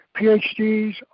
PhDs